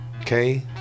Okay